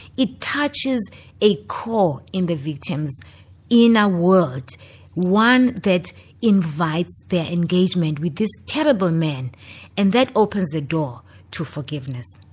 it touches a core in the victim's inner ah world, one that invites their engagement with this terrible man and that opens the door to forgiveness.